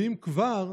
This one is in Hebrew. ואם כבר,